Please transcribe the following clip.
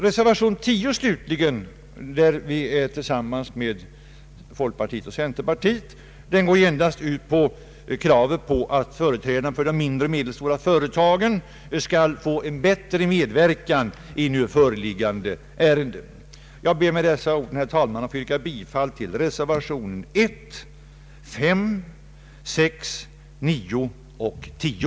Reservation 10 slutligen, som förutom av våra representanter undertecknats av utskottets folkpartister och centerpartister, går endast ut på att företrädarna för de mindre och medelstora företagen skall få bättre möjligheter att medverka. Jag ber med dessa ord, herr talman, få yrka bifall till reservationerna 1, 5, 6, 9 och 10.